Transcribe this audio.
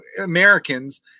Americans